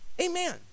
Amen